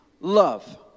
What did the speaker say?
love